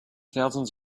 thousands